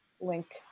link